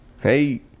hey